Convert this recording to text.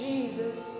Jesus